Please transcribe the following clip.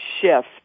shift